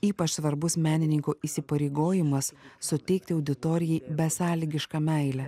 ypač svarbus menininko įsipareigojimas suteikti auditorijai besąlygišką meilę